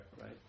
right